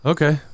Okay